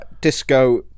Disco